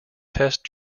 test